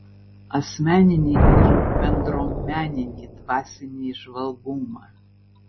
asmeninį ir bendruomeninį dvasinį įžvalgumą